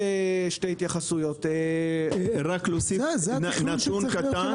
רק להוסיף נתון קטן,